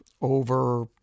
over